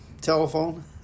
telephone